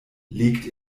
legt